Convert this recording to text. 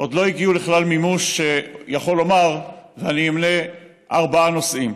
עוד לא הגיעו לכלל מימוש, ואני אמנה ארבעה נושאים.